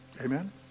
Amen